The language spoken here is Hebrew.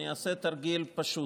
שאני אעשה תרגיל פשוט.